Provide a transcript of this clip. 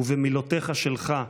ובמילותיך שלך: